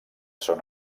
son